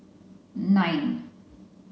nine